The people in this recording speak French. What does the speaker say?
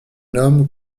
homme